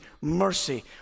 mercy